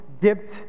dipped